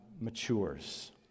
matures